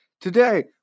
Today